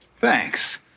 Thanks